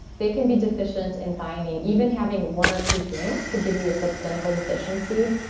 they can be deficient in thiamine. even having one or two drinks could give you a subclinical deficiency.